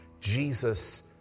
Jesus